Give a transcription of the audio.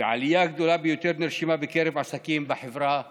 והעלייה הגדולה ביותר נרשמה בקרב עסקים בחברה הערבית.